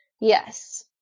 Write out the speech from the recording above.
Yes